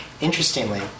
interestingly